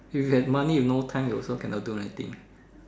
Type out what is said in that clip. if you have money you no time also cannot do anything